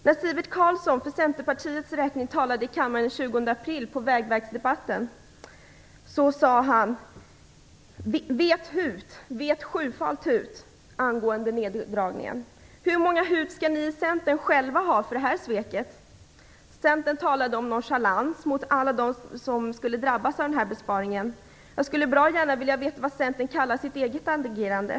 När Sivert Carlsson för Centerpartiets räkning talade i kammaren i vägverksdebatten den 20 april sade han angående neddragningen: Vet hut! Vet sjufalt hut! Hur många hut skall ni i Centern själva ha för det här sveket? Centern talade om nonchalans mot alla dem som skulle drabbas av besparingen. Jag skulle bra gärna vilja veta vad Centern kallar sitt eget agerande.